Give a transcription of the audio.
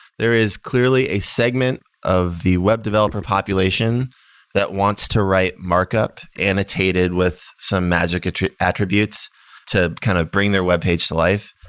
there is clearly a segment of the web development population that wants to write markup, annotated with some magic attributes to kind of bring their webpage to life.